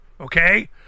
okay